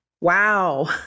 Wow